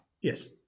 Yes